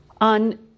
On